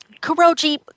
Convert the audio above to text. Kuroji